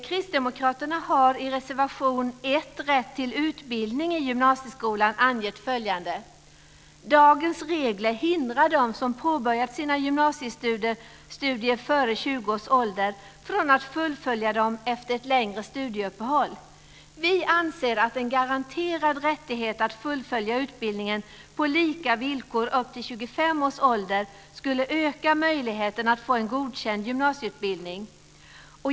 Kristdemokraterna har i reservation 1, Rätt till utbildning i gymnasieskolan, angett följande: "Dagens regler hindrar den som påbörjat sina gymnasiestudier före 20 års ålder från att fullfölja dem efter ett längre studieuppehåll. Vi anser att en garanterad rättighet att fullfölja utbildningen på lika villkor upp till 25 års ålder skulle öka möjligheten att få en godkänd gymnasieutbildning."